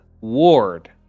ward